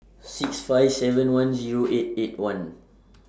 six five seven one Zero eight eight one